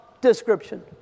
description